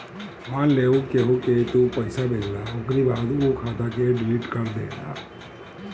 मान लअ केहू के तू पईसा भेजला ओकरी बाद उ खाता के डिलीट कर देहला